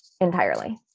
entirely